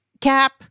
cap